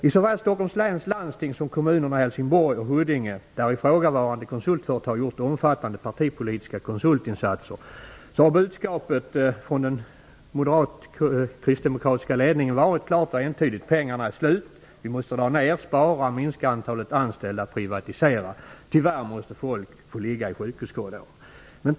I såväl Stockholms läns landsting som kommunerna Helsingborg och Huddinge, där ifrågavarande konsultföretag har gjort omfattande partipolitiska konsultinsatser, har budskapet från den moderatakristdemokratiska ledningen varit: Pengarna är slut! Vi måste dra ned, spara, minska antalet anställda och privatisera. Tyvärr måste folk få ligga i sjukhuskorridorer.